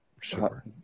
sure